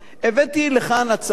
הבאתי לכאן הצעה,